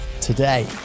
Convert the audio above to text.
today